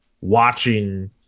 watching